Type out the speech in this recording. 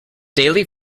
daily